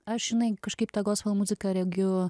aš žinai kažkaip tą gospel muziką regiu